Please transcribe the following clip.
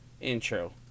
intro